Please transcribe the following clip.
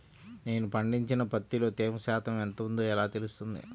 నేను పండించిన పత్తిలో తేమ శాతం ఎంత ఉందో ఎలా తెలుస్తుంది?